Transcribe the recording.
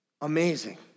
amazing